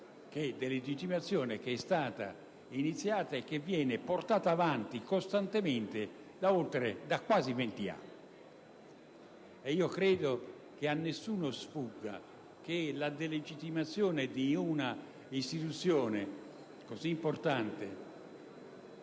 che è stata iniziata e che viene portata avanti costantemente da quasi 20 anni. Credo peraltro che a nessuno sfugga che la delegittimazione di un'istituzione così importante